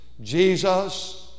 Jesus